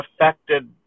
affected